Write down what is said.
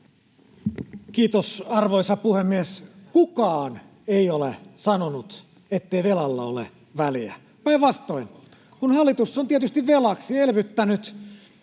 Saramo. Arvoisa puhemies! Kukaan ei ole sanonut, ettei velalla ole väliä. [Mari Rantanen: Kyllä on!] Päinvastoin, kun hallitus on tietysti velaksi elvyttänyt,